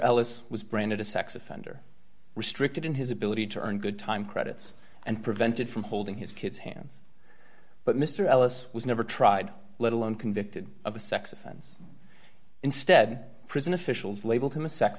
ellis was branded a sex offender restricted in his ability to earn good time credits and prevented from holding his kids hands but mr ellis was never tried let alone convicted of a sex offense instead prison officials labeled him a sex